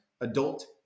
adult